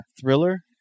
Thriller